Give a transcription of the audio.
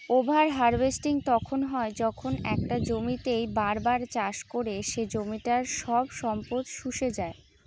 over harvesting তখন হয় যখন একটা জমিতেই বার বার চাষ করে সে জমিটার সব সম্পদ শুষে যাই